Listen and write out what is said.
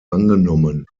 angenommen